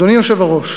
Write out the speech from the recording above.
אדוני היושב-ראש,